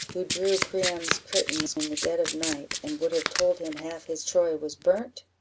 who drew priam's curtains in the dead of night, and would have told him half his troy was burnt?